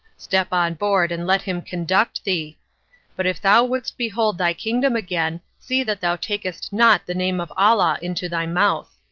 step on board and let him conduct thee but if thou wouldest behold thy kingdom again, see that thou takest not the name of allah into thy mouth.